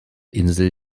insel